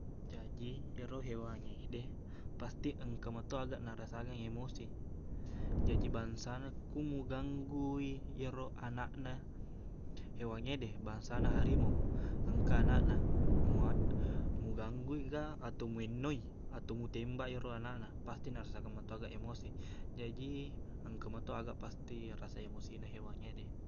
Jaji ero hewangngede pasti engka meto aga narasakang emosi. Jaji, bangsana kumugangguwi yaro anakna hewangngede, bangsana harimau engka anakna, mua- muganggui ga ato muinnauwi ato mutembak i ero anakna, pasti narasakan meto aga emosi. Jaji engka meto aga pasti rasa emosina hewangngede.